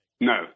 No